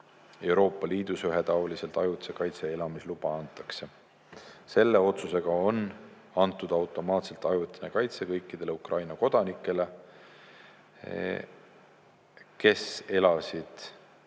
Euroopa Liidus ühetaoliselt ajutise kaitse elamisluba antakse. Selle otsusega on antud automaatselt ajutine kaitse kõikidele Ukraina kodanikele, kes elasid